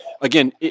again